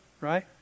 right